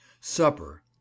Supper